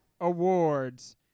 Awards